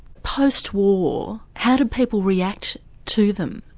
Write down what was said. post-war, how do people react to them?